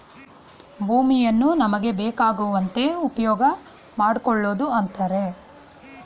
ಭೂಮಿಯನ್ನು ನಮಗೆ ಬೇಕಾಗುವಂತೆ ಉಪ್ಯೋಗಮಾಡ್ಕೊಳೋದು ಅಂತರೆ